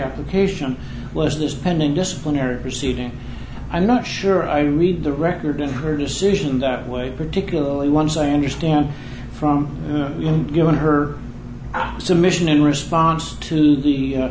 chapel cation lessness pending disciplinary proceeding i'm not sure i read the record in her decision that way particularly once i understand from him given her submission in response to the